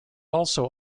also